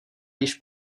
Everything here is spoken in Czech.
již